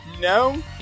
no